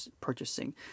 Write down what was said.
purchasing